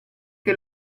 che